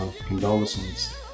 condolences